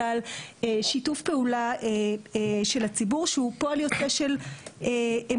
אלא שיתוף פעולה של הציבור שהוא פועל יוצא של אמון.